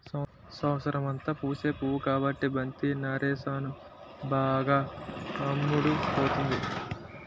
సంవత్సరమంతా పూసే పువ్వు కాబట్టి బంతి నారేసాను బాగా అమ్ముడుపోతుంది